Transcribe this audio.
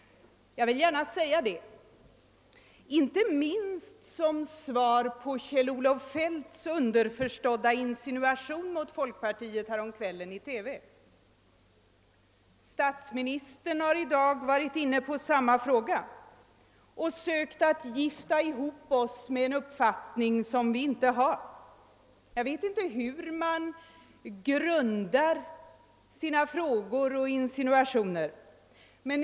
Jag vill gärna säga det — inte minst som svar på Kjell-Olof Feldts underförstådda insinuation mot folkpartiet häromkvällen i TV. Statsministern har i dag varit inne på samma fråga och på samma sätt sökt att gifta ihop oss i den frågan med en uppfattning som vi inte har. Jag vet inte hur man grundar sina frågor och insinuationer.